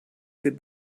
good